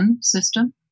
system